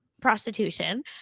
prostitution